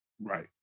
right